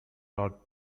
are